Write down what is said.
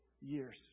years